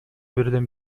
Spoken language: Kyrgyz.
бирден